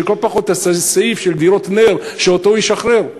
שלכל הפחות יעלה איזה סעיף של דירות נ"ר וישחרר אותו?